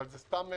אבל זה סתם.